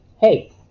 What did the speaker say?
Hey